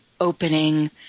opening